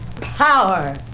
Power